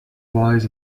lies